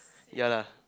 ya lah